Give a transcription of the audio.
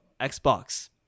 Xbox